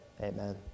Amen